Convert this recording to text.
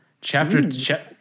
Chapter